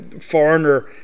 foreigner